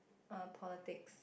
err politics